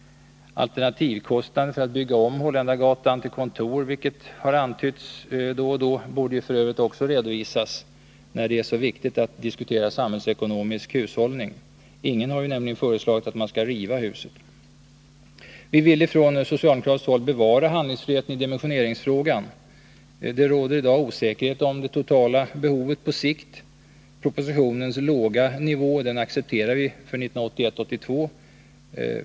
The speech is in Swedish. Alternativkostnaden för att bygga om enheten vid Holländargatan till kontor, vilket då och då har antytts, borde för övrigt också redovisas när det är så viktigt att diskutera samhällsekonomisk hushållning. Ingen har nämligen föreslagit att huset skall rivas. Vi vill från socialdemokratiskt håll bevara handlingsfriheten i dimensioneringsfrågan. Det råder i dag osäkerhet om det totala behovet på sikt. Propositionens låga nivå accepterar vi för 1981/82.